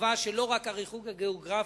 וקבעה שלא רק הריחוק הגיאוגרפי